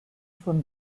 von